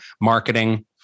marketing